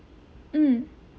mm